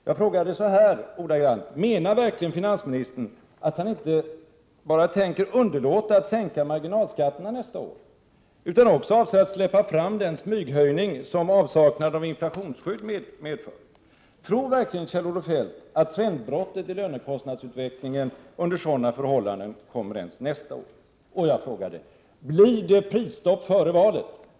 Jag frågade ordagrant: Menar verkligen finansministern att han inte bara tänker underlåta att sänka marginalskatterna nästa år utan också avser att släppa fram den smyghöjning som avsaknad av inflationsskydd medför? Tror verkligen Kjell-Olof Feldt att trendbrottet i lönekostnadsutvecklingen under sådana förhållanden kommer ens nästa år? Jag frågade också: Blir det prisstopp före valet?